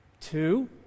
Two